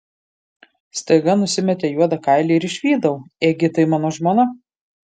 staiga nusimetė juodą kailį ir išvydau ėgi tai mano žmona